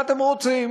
מה אתם רוצים,